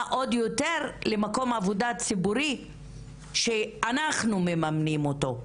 ועוד יותר במקום עבודה ציבורי שאנחנו מממנים אותו.